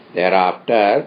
Thereafter